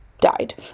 died